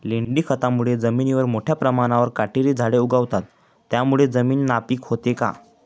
लेंडी खतामुळे जमिनीवर मोठ्या प्रमाणावर काटेरी झाडे उगवतात, त्यामुळे जमीन नापीक होते का?